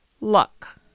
luck